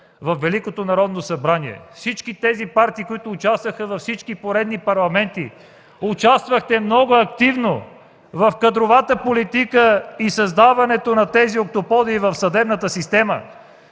във Великото Народно събрание, всички партии, които участваха във всички поредни парламенти, участваха много активно в кадровата политика и създаването на тези октоподи в съдебната система!